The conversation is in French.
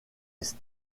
est